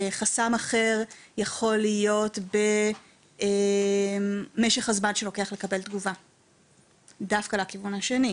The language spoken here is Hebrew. חסם אחר יכול להיות במשך הזמן שלוקח לקבל תגובה דווקא לכיוון השני.